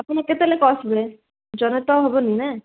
ଆପଣ କେତେ ଲୋକ ଆସିବେ ଜଣେ ତ ହେବନି ନା